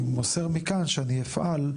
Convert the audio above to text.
אני מוסר מכאן שאני אפעל,